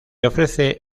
ofrece